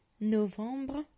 novembre